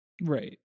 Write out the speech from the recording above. right